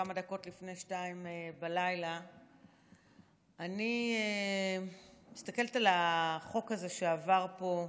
כמה דקות לפני 2:00. אני מסתכלת על החוק הזה שעבר פה,